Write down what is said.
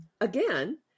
again